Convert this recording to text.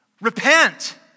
Repent